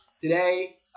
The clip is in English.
today